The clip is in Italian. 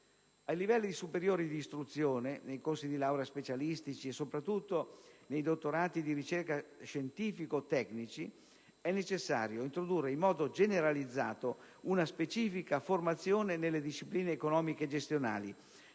Ai livelli superiori di istruzione, nei corsi di laurea specialistici e soprattutto nei dottorati di ricerca scientifico-tecnici, è necessario introdurre in modo generalizzato una specifica formazione nelle discipline economiche e gestionali,